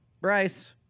Bryce